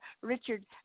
Richard